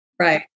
Right